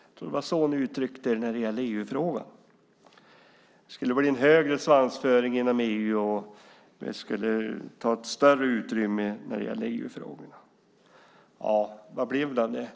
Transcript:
Jag tror det var så ni uttryckte er när det gällde EU-frågan. Det skulle bli en högre svansföring inom EU, och EU-frågorna skulle ta ett större utrymme. Vad blev av det?